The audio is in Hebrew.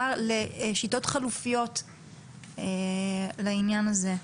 אם אפשר להעלות את המצגת שלה בעניין המחקר לשיטות חלופיות לעניין הזה.